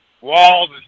Walls